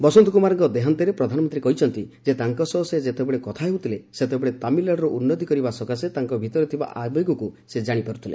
ବସନ୍ତ କୁମାରଙ୍କ ଦେହାନ୍ତରେ ପ୍ରଧାନମନ୍ତ୍ରୀ କହିଛନ୍ତି ଯେ ତାଙ୍କ ସହ ସେ ଯେତେବେଳେ କଥା ହେଉଥିଲେ ସେତେବେଳେ ତାମିଲନାଡୁର ଉନ୍ନତି କରିବା ସକାଶେ ତାଙ୍କ ଭିତରେ ଥିବା ଆବେଗକୁ ସେ ଜାଣିପାର୍ ଥିଲେ